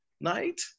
night